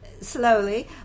slowly